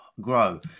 grow